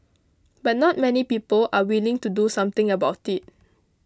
but not many people are willing to do something about it